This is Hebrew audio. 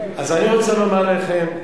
אז אני רוצה לומר לכם,